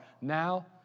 now